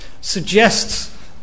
suggests